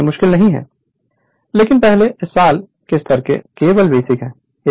चीजें मुश्किल नहीं हैं लेकिन पहले साल के स्तर पर केवल बेसिक हैं